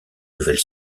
nouvelle